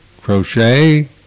crochet